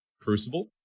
Crucible